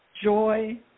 joy